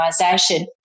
organisation